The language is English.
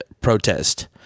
protest